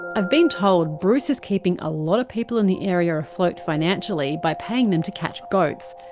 i've been told bruce is keeping a lot of people in the area afloat financially by paying them to catch goats,